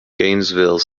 gainesville